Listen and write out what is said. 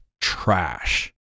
trash